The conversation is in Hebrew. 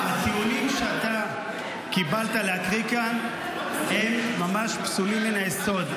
--- הטיעונים שאתה קיבלת להקריא כאן הם ממש פסולים מן היסוד.